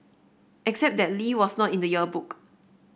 except that Lee was not in the yearbook